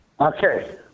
Okay